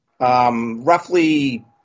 Roughly